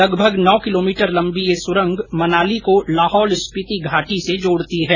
लगभग नौ किलोमीटर लंबी यह सुरंग मनाली को लाहौल स्पीति घाटी से जोड़ती है